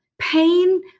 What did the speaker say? pain